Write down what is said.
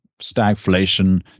stagflation